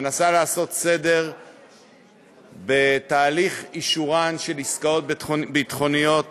מנסה לעשות סדר בתהליך אישורן של עסקאות ביטחוניות